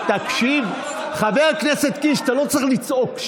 תקשיב, חבר הכנסת קיש, אתה לא צריך לצעוק.